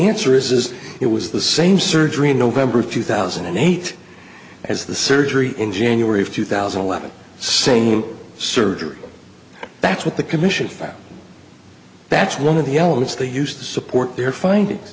answer is is it was the same surgery in november of two thousand and eight as the surgery in january of two thousand and eleven same surgery that's what the commission found that's one of the elements they used to support their find